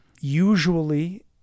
Usually